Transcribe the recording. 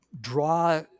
draw